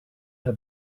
her